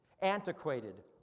antiquated